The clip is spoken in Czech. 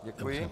Děkuji.